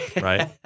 right